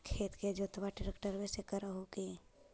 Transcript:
खेत के जोतबा ट्रकटर्बे से कर हू की?